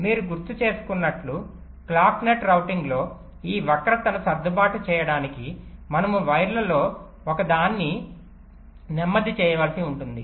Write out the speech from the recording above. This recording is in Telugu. మీరు గుర్తుచేసుకున్నట్లు క్లాక్ నెట్ రౌటింగ్ లో ఈ వక్రతను సర్దుబాటు చేయడానికి మనము వైర్లలో ఒకదాన్ని నెమ్మది చేయవలసి ఉంటుంది